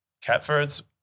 Catford's